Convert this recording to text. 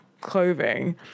clothing